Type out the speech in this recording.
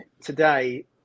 today